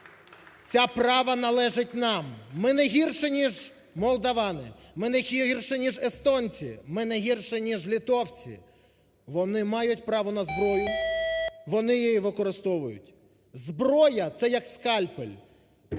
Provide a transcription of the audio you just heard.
Це право належить нам. Ми не гірші, ніж молдавани, ми не гірші, ніж естонці, ми не гірші, ніж литовці. Вони мають право на зброю, вони її використовують. Зброя – це як скальпель.